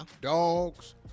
dogs